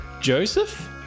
Joseph